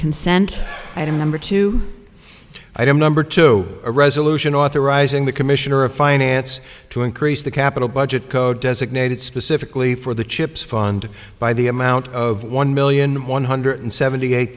consent item number two item number two a resolution authorizing the commissioner of finance to increase the capital budget code designated specifically for the chips fund by the amount of one million one hundred seventy eight